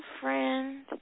friend